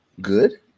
Good